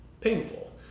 painful